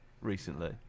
recently